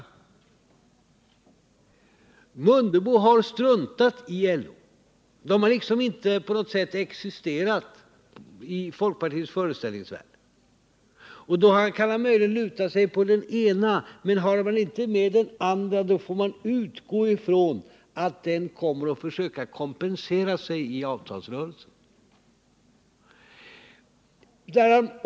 Herr Mundebo har struntat i LO, som på något sätt inte existerat i folkpartiets föreställningsvärld. Då kan han möjligen stödja sig på den ena organisationen. Men har man inte med den andra också, får man utgå från att den kommer att försöka kompensera sig i avtalsrörelsen.